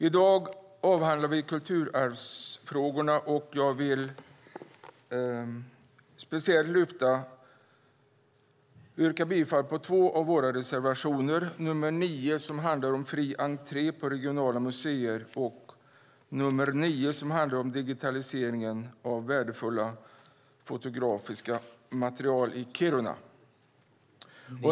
I dag avhandlar vi kulturarvsfrågorna, och jag vill speciellt yrka bifall till två av våra reservationer, nr 5, som handlar om fri entré på regionala museer, och nr 9, som handlar om digitaliseringen av värdefullt fotografiskt material i Kiruna.